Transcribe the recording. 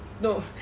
No